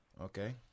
okay